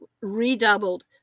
redoubled